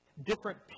different